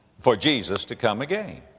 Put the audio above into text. for jesus to come again.